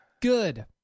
Good